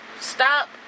Stop